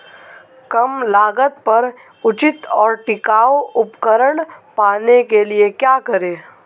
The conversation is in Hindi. कम लागत पर उचित और टिकाऊ उपकरण पाने के लिए क्या करें?